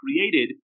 created